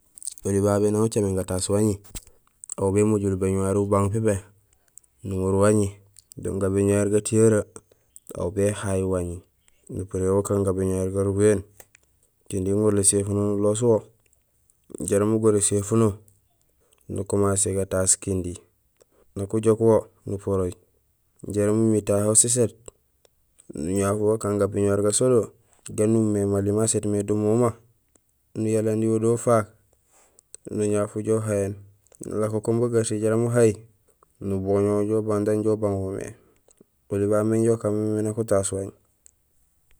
Oli babé éni ucamééén bataas waaŋi, bémojool ubéñuwari ubang pépé, nuŋorul waŋi. Do gabéñuwar gatiyoree, aw béhay wañi, nupuréén wo ukaan gabéñuwar garubahéén, kinding uŋorul éséfuno nuloos wo jaraam ugoor éséfuno, nukumasé gataas kinding, nak ujook wo nuporooj jaraam umiir tahé uséséét, nuñaaf wo ukaan gabéñuwari gasolee baan umimé mali maa séét mé do mooma, nuyandi wo do ufaak, nuñaaf ujoow uhayéén. Nulako kun bu garsee jaraam uhay nubooñ wo ujoow ubang do daan injo ubang wo mé. Oli babé mé inja ukaan mémé miin utaas waañ.